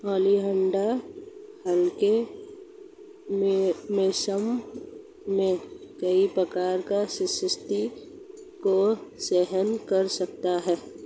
oleander हल्के मौसम में कई प्रकार की स्थितियों को सहन कर सकता है